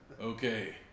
Okay